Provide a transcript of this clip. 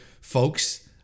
folks